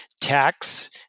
tax